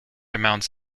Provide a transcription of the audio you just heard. amounts